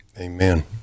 Amen